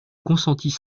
consentis